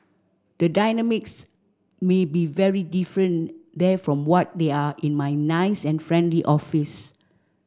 the dynamics may be very different there from what they are in my nice and friendly office